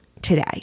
Today